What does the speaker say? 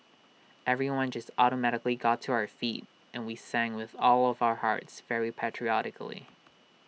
everyone just automatically got to our feet and we sang with all of our hearts very patriotically